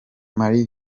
marie